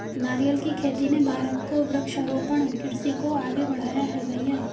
नारियल की खेती ने भारत को वृक्षारोपण कृषि को आगे बढ़ाया है भईया